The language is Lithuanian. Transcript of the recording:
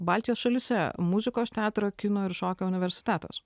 baltijos šalyse muzikos teatro kino ir šokio universitetas